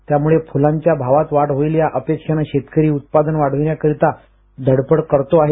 त्यामुळे फुलांच्या भावात वाढ होईल या अपेक्षेनं शेतकरी उत्पादन वाढवण्यासाठी धडपड करतो आहे